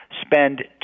spend